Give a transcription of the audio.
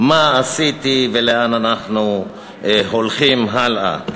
מה עשיתי ולאן אנחנו הולכים הלאה.